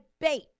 bait